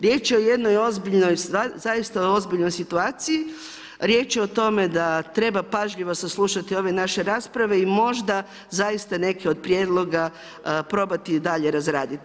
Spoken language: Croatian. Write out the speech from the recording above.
Riječ je o jednoj ozbiljnoj, zaista ozbiljnoj situaciji, riječ je o tome da treba pažljivo saslušati ove naše rasprave i možda zaista neke od prijedloga probati dalje razraditi.